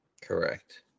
Correct